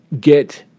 get